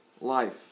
life